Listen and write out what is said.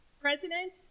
president